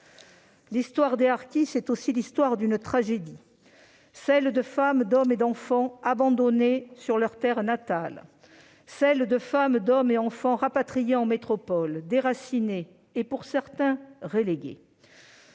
L'histoire des harkis, c'est aussi celle d'une tragédie : celle de femmes, d'hommes et d'enfants abandonnés sur leur terre natale ; celle de femmes, d'hommes et d'enfants rapatriés en métropole, déracinés et, pour certains, relégués.